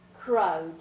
crowd